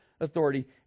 authority